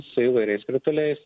su įvairiais krituliais